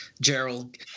Gerald